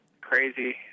crazy